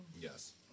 Yes